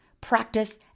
practice